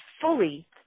fully